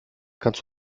kannst